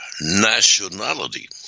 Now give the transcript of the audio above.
nationality